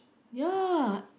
ya